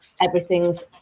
everything's